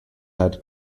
head